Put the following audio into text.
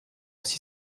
six